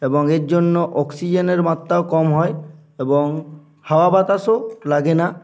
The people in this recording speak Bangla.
এবং এর জন্য অক্সিজেনের মাত্রাও কম হয় এবং হাওয়া বাতাসও লাগে না